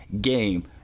game